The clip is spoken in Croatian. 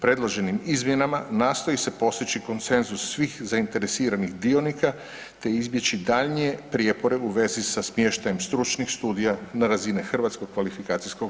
Predloženim izmjenama nastoji se postići konsenzus svih zainteresiranih dionika te izbjeći daljnje prijepore u vezi sa smještajem stručnih studija na razine HKO-a.